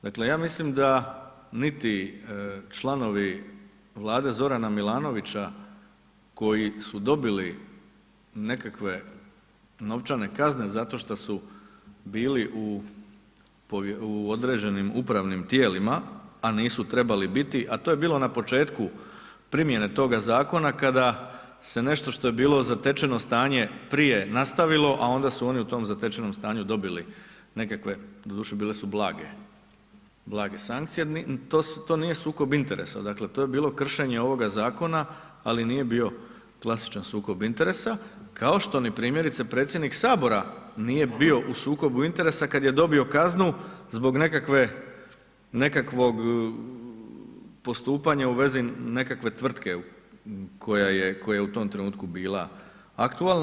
Dakle, ja mislim da niti članovi Vlade Zorana Milanovića koji su dobili nekakve novčane kazne zato šta su bilu u određenim tijelima a nisu trebali biti, a to je bilo na početku primjene toga zakona, kada se nešto što je bilo zatečeno stanje prije nastavilo a onda su oni u tom zatečenom stanju dobili nekakve, doduše bile su blage sankcije, to nije sukob interesa, dakle to je bilo kršenje ovoga zakona ali nije bio klasičan sukob interesa kao što ni primjerice predsjednik Sabora nije bio u sukobu interesa kad je dobio kaznu zbog nekakvog postupanja u vezi nekakve tvrtke koja je u tom trenutku bila aktualna.